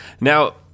Now